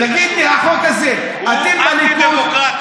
תגיד לי, החוק הזה, אתם בליכוד, הוא אנטי-דמוקרטי.